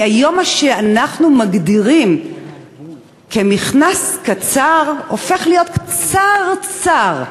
כי היום מה שאנחנו מגדירים כמכנס קצר הופך להיות קצרצר,